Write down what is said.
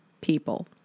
People